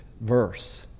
verse